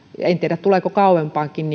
en tiedä tuleeko kauempaakin